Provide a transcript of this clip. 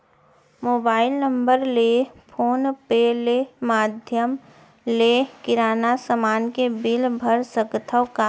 Mobile number ले phone पे ले माधयम ले किराना समान के बिल भर सकथव का?